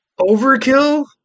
overkill